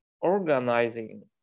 organizing